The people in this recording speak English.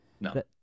No